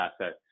assets